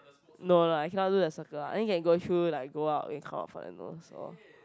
no lah I cannot do the circle I only can through like go out and come out from my nose orh